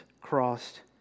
crossed